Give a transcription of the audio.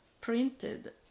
printed